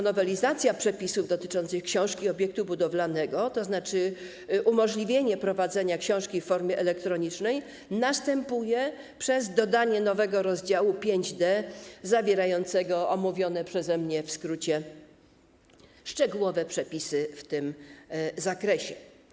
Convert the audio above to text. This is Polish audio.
Nowelizacja przepisów dotyczących książki obiektu budowlanego, tzn. umożliwienie prowadzenia książki w formie elektronicznej, następuje przez dodanie nowego rozdziału 5d, zawierającego omówione przeze mnie w skrócie szczegółowe przepisy w tym zakresie.